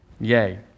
Yay